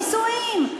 נישואים.